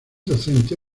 docente